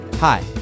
Hi